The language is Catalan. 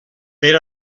per